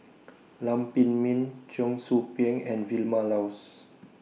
Lam Pin Min Cheong Soo Pieng and Vilma Laus